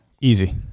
easy